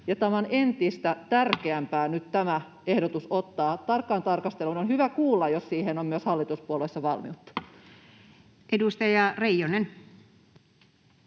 nyt tämä ehdotus ottaa tarkkaan tarkasteluun. On hyvä kuulla, jos siihen on myös hallituspuolueissa valmiutta. Edustaja Reijonen.